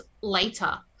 later